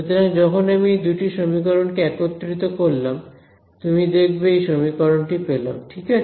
সুতরাং যখন আমি এই দুটি সমীকরণকে একত্রিত করলাম তুমি দেখবে এই সমীকরণটি পেলাম ঠিক আছে